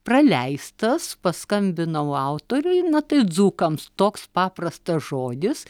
praleistas paskambinau autoriui na tai dzūkams toks paprastas žodis